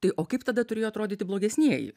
tai o kaip tada turėjo atrodyti blogesnieji